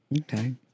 Okay